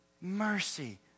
Mercy